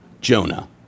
Jonah